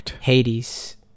Hades